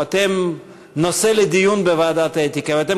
או שאתם נושא לדיון בוועדת האתיקה ואתם